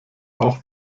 auch